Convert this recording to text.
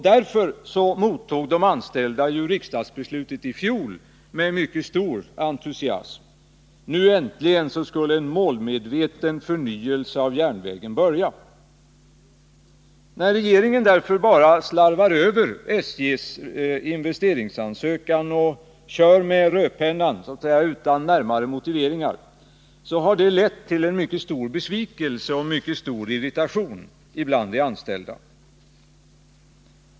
Därför mottog de anställda riksdagsbeslutet i fjol med stor entusiasm. Nu äntligen skulle en målmedveten förnyelse av järnvägen börja. När regeringen bara slarvar över SJ:s investeringsansökan och kör med rödpennan utan närmare motiveringar så har det därför lett till stor besvikelse och irritation bland de anställda.